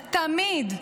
אתה תמיד,